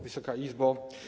Wysoka Izbo!